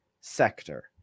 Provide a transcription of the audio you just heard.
sector